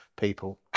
people